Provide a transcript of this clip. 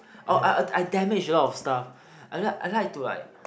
oh uh uh I damage a lot of stuff and then I like to like